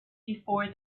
before